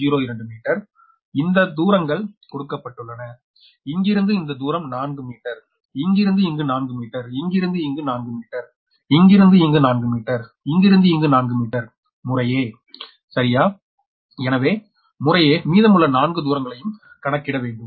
02 metre இந்த தூரங்கள் கொடுக்கப்பட்டுள்ளன இங்கிருந்து இந்த தூரம் 4 மீட்டர் இங்கிருந்து இங்கு 4 மீட்டர் இங்கிருந்து இங்கு 4 மீட்டர் இங்கிருந்து இங்கு 4 மீட்டர் இங்கிருந்து இங்கு 4 மீட்டர் முறையே சரியா எனவே முறையே மீதமுள்ள 4 தூரங்களையும் கணக்கிட வேண்டும்